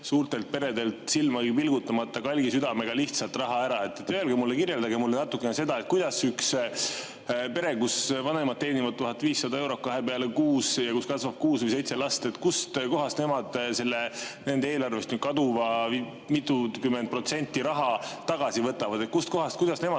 suurtelt peredelt silmagi pilgutamata kalgi südamega lihtsalt raha ära. Kirjeldage mulle natukene seda, kuidas üks pere, kus vanemad teenivad 1500 eurot kahe peale kuus ja kus kasvab kuus või seitse last, kust kohast nemad selle nende eelarvest nüüd kaduva raha, mitukümmend protsenti, tagasi võtavad. Kust kohast? Kuidas nemad